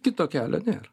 kito kelio nėra